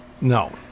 No